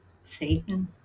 Satan